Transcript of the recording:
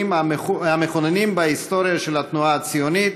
האירועים המכוננים בהיסטוריה של התנועה הציונית,